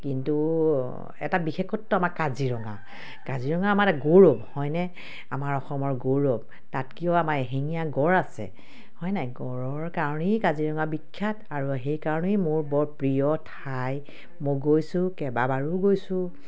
কিন্তু এটা বিশেষত্ব আমাৰ কাজিৰঙা কাজিৰঙা আমাৰ এটা গৌৰৱ হয়নে আমাৰ অসমৰ গৌৰৱ তাতকৈও আমাৰ এশিঙীয়া গঁড় আছে হয় নাই গঁড়ৰ কাৰণেই কাজিৰঙা বিখ্যাত আৰু সেইকাৰণেই মোৰ বৰ প্ৰিয় ঠাই মই গৈছোঁ কেইবাবাৰো গৈছোঁ